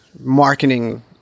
marketing